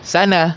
Sana